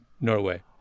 Norway